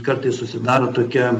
kartais susidaro tokia